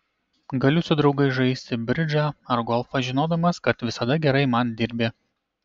galiu su draugais žaisti bridžą ar golfą žinodamas kad visada gerai man dirbi